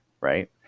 right